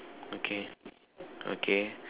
okay okay